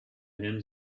him